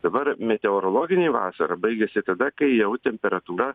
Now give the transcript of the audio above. dabar meteorologinė vasara baigiasi tada kai jau temperatūra